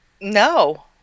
No